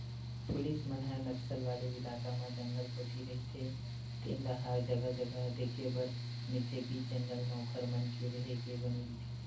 police मन ह नक्सल वाले इलाका म जंगल कोती रहिते तेन डाहर जगा जगा देखे बर मिलथे बीच जंगल म ओखर मन के रेहे के बने रहिथे